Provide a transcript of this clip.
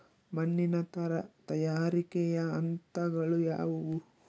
ಮಣ್ಣಿನ ತಯಾರಿಕೆಯ ಹಂತಗಳು ಯಾವುವು?